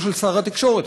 בכוונתו של שר התקשורת,